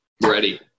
Ready